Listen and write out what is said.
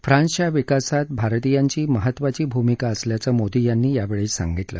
फ्रान्सच्या विकासात भारतीयांची महत्वपूर्ण भूमिका असल्याचं मोदी यांनी यावेळी सांगितलं